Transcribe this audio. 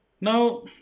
Now